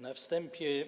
Na wstępie